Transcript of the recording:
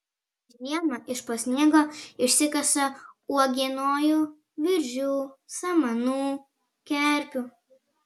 žiemą iš po sniego išsikasa uogienojų viržių samanų kerpių